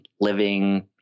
living